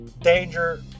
Danger